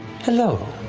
hello.